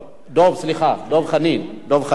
סליחה, דב חנין.